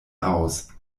aus